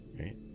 right